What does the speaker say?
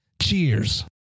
Cheers